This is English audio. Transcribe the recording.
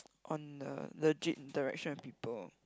on the legit direction of people